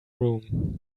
room